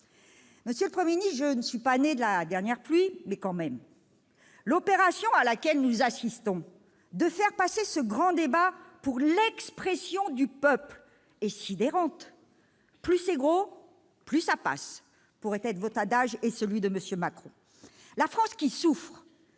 de l'expression populaire. Je ne suis pas née de la dernière pluie, mais quand même ... L'opération à laquelle nous assistons- faire passer ce grand débat pour l'expression du peuple -est sidérante. « Plus c'est gros, plus ça passe » pourrait être votre adage et celui de M. Macron. Bravo ! La France qui souffre,